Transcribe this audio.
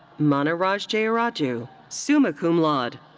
maniraj jeyaraju, summa cum laude.